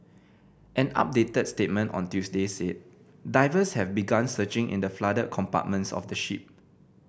an updated statement on Tuesday said divers have begun searching in the flooded compartments of the ship